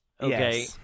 Okay